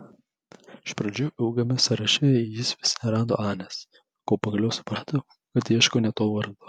iš pradžių ilgame sąraše jis vis nerado anės kol pagaliau suprato kad ieško ne to vardo